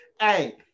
hey